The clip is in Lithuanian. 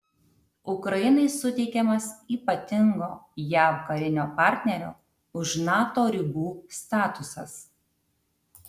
ukrainai suteikiamas ypatingo jav karinio partnerio už nato ribų statusas